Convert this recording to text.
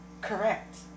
correct